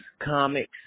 comics